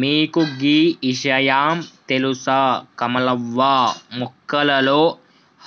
మీకు గీ ఇషయాం తెలుస కమలవ్వ మొక్కలలో